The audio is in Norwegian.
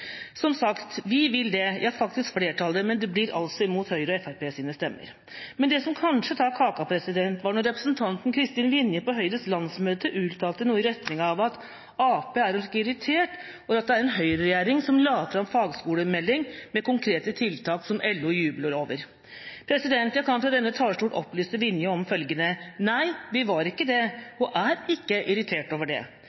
Som sagt – vi, ja, faktisk flertallet, vil det, men det blir altså mot Høyre og Fremskrittspartiets stemmer. Men det som kanskje tar kaka, var da representanten Kristin Vinje på Høyres landsmøte uttalte noe i retning av at Arbeiderpartiet var ganske irritert over at det er en Høyre-regjering som la fram en fagskolemelding med konkrete tiltak som LO jubler over. Jeg kan fra denne talerstolen opplyse Vinje om følgende: Nei, vi var ikke – og er ikke – irritert over det.